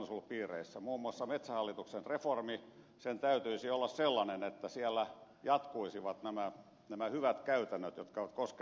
muun muassa metsähallituksen reformin täytyisi olla sellainen että siellä jatkuisivat nämä hyvät käytännöt mitkä ovat koskeneet kansallispuistoja